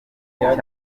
inshuti